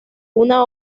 una